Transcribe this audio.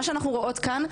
מה שאנחנו רואות כאן,